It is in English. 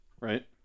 Right